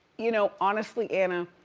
you know, honestly, anna,